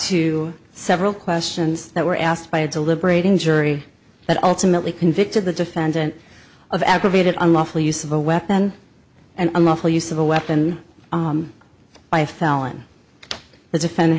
to several questions that were asked by a deliberating jury that ultimately convicted the defendant of aggravated unlawful use of a weapon and unlawful use of a weapon by a felon the defendant